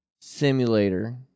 simulator